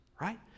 right